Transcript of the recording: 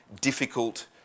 difficult